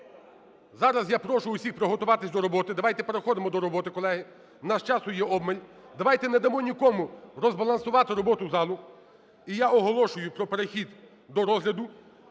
зараз я прошу всіх приготуватись до роботи. Давайте, переходимо до роботи, колеги. У нас часу є обмаль. Давайте не дамо нікому розбалансувати роботу залу. І я оголошую про перехід до розгляду